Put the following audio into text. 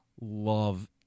love